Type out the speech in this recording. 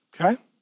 okay